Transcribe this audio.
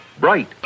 Bright